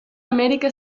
amèrica